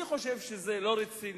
אני חושב שזה לא רציני,